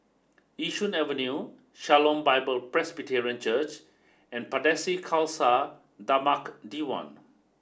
Yishun Avenue Shalom Bible Presbyterian Church and Pardesi Khalsa Dharmak Diwan